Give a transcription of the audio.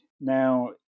Now